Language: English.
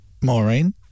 Maureen